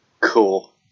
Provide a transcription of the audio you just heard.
Cool